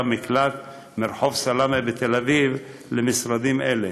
המקלט מרחוב סלמה בתל אביב למשרדים אלה,